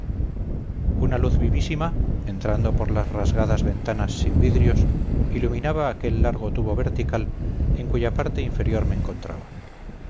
campanas una luz vivísima entrando por las rasgadas ventanas sin vidrios iluminaba aquel largo tubo vertical en cuya parte inferior me encontraba